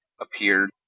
appeared